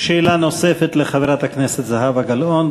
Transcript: שאלה נוספת לחברת הכנסת זהבה גלאון.